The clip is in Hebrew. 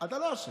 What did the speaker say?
אתה לא אשם,